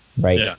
right